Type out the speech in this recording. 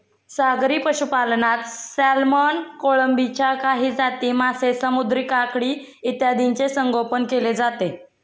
सागरी पशुपालनात सॅल्मन, कोळंबीच्या काही जाती, मासे, समुद्री काकडी इत्यादींचे संगोपन केले जाते